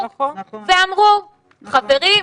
ואמרו, חברים,